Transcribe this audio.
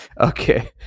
Okay